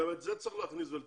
גם את זה צריך להכניס ולטפל.